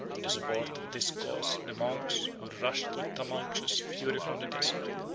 in the support of this cause, the monks, who rushed with tumultuous fury from the desert,